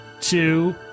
Two